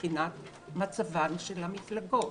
מבחינת מצבן של המפלגות.